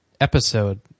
episode